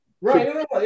Right